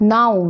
Now